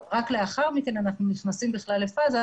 רק לאחר מכן אנחנו נכנסים בכלל לפאזה,